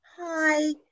hi